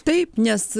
taip nes